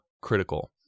critical